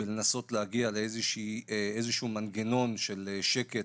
בניסיון להגיע לאיזשהו מנגנון של שקט,